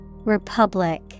Republic